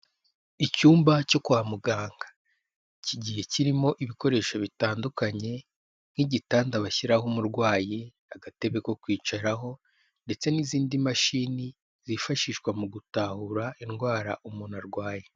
Icyumba cyo kwa muganga kigiye kirimo ibikoresho bitandukanye nk'igitanda bashyiraho umurwayi, agatebe ko kwicaraho ndetse n'izindi mashini zifashishwa mu gutahura indwara umuntu arwaye.